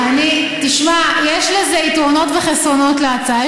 תשמע, יש לזה יתרונות וחסרונות, להצעה.